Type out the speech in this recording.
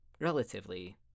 relatively